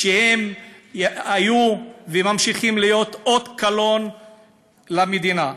שהיו וממשיכים להיות אות קלון על המדינה.